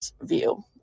view